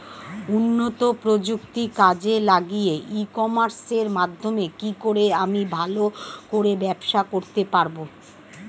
উন্নত প্রযুক্তি কাজে লাগিয়ে ই কমার্সের মাধ্যমে কি করে আমি ভালো করে ব্যবসা করতে পারব?